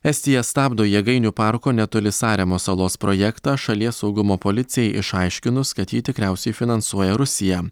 estija stabdo jėgainių parko netoli saremos salos projektą šalies saugumo policijai išaiškinus kad jį tikriausiai finansuoja rusija